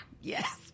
yes